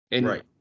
Right